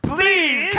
Please